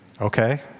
Okay